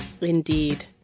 Indeed